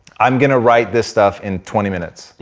i'm gonna write this stuff in twenty minutes, yeah